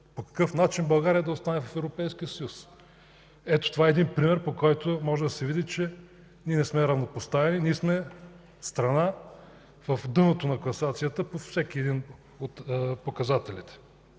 по какъв начин България да остане в Европейския съюз. Ето, това е един пример, по който може да се види, че ние не сме равнопоставени, ние сме страна в дъното на класацията по всеки един от показателите.